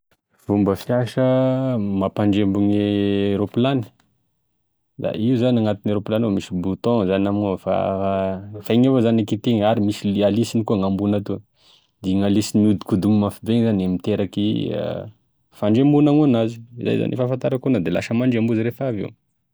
E fomba fiasa mampandrembo gne ropilany, da igny zagny agnatine raopilany misy bouton zay amign'ao fa fa igny avao zany gn'hikitihy, ary misy le alisigny koa amign'ambony atoa da igny alisy mihodikodigny mafibe igny zany i miteraky i fandrembognany io aminazy izay zany e fahafantarako anazy de lasa mandrembo izy refa aveo.